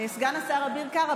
סגן השר אביר קארה,